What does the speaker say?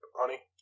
honey